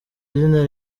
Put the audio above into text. izina